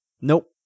nope